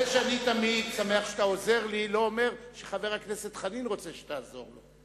זה שאני תמיד שמח שאתה עוזר לי לא אומר שחבר הכנסת חנין רוצה שתעזור לו.